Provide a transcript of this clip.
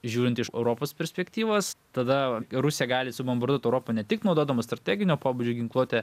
žiūrint iš europos perspektyvos tada rusija gali subombarduot europą ne tik naudodama strateginio pobūdžio ginkluotę